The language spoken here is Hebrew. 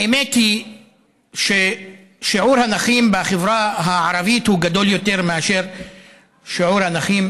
האמת היא ששיעור הנכים בחברה הערבית גדול יותר משיעור הנכים